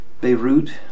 Beirut